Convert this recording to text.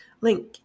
link